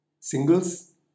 Singles